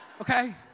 Okay